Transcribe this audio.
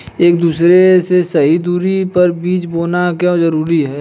एक दूसरे से सही दूरी पर बीज बोना क्यों जरूरी है?